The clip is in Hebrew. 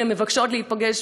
אם הן מבקשות להיפגש,